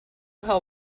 how